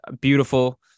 beautiful